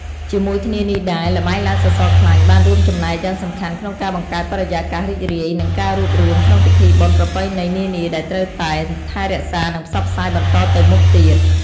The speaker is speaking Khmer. ជាមួយគ្នានេះដែរល្បែងឡើងសសរខ្លាញ់បានរួមចំណែកយ៉ាងសំខាន់ក្នុងការបង្កើតបរិយាកាសរីករាយ និងការរួបរួមក្នុងពិធីបុណ្យប្រពៃណីនានា ដែលត្រូវតែថែរក្សា និងផ្សព្វផ្សាយបន្តទៅមុខទៀត។